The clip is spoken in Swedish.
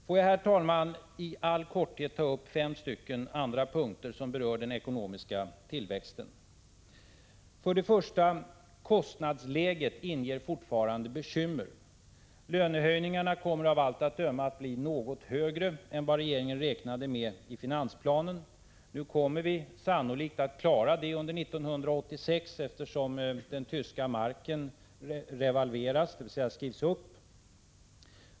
Får jag, herr talman, i all korthet ta upp fem andra punkter som berör den ekonomiska tillväxten. För det första: Kostnadsläget inger fortfarande bekymmer. Lönehöjningarna kommer av allt att döma att bli något större än vad regeringen räknade med i finansplanen. Visserligen kommer vi sannolikt att klara det under 1986, eftersom den tyska marken revalveras, dvs. skrivs upp.